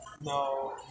No